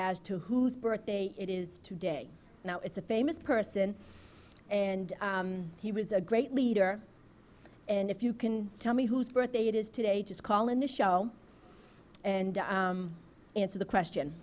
as to whose birthday it is today now it's a famous person and he was a great leader and if you can tell me whose birthday it is today just call in the show and answer the question